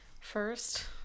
first